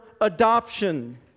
adoption